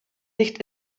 nicht